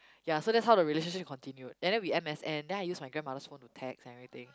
ya so that's how the relationship continued and then we m_s_n then I used my grandmother's phone to text and everything